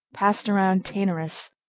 passed around taenarus,